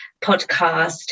podcast